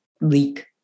leak